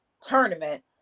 tournament